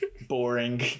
boring